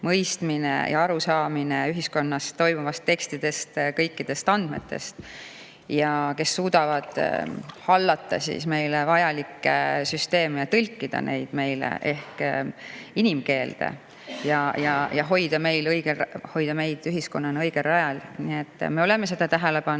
ja arusaamine ühiskonnas toimuvast, tekstidest, kõikidest andmetest, kes suudavad hallata meile vajalikke süsteeme ja tõlkida neid inimkeelde ning hoida meie ühiskonna õigel rajal. Me oleme seda tähele pannud